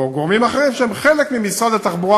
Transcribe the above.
או גורמים אחרים שהם חלק ממשרד התחבורה,